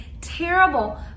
terrible